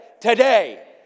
today